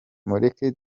mureke